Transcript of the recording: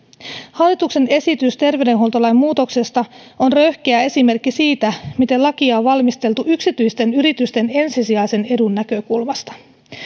hallituksen esitys terveydenhuoltolain muutoksesta on röyhkeä esimerkki siitä miten lakia on valmisteltu yksityisten yritysten ensisijaisen edun näkökulmasta